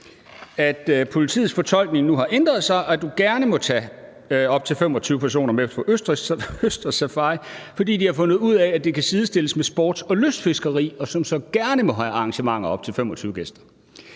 at politiets fortolkning nu har ændret sig, og at han gerne må tage op til 25 personer med på østerssafari, fordi de har fundet ud af, at det kan sidestilles med sports- og lystfiskeri, hvor man gerne må have arrangementer med op til 25 personer.